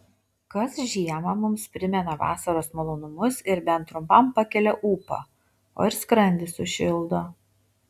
kas žiemą mums primena vasaros malonumus ir bent trumpam pakelią ūpą o ir skrandį sušildo